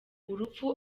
urupfu